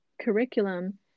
curriculum